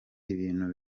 ibintu